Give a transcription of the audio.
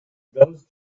those